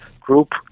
group